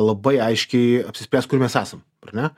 labai aiškiai apsispręst kur mes esam ar ne